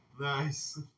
Nice